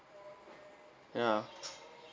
ya